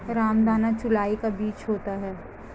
रामदाना चौलाई का बीज होता है